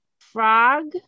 Frog